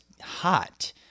hot